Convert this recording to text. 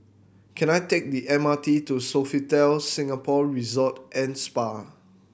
can I take the M R T to Sofitel Singapore Resort and Spa